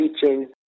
teaching